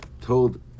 told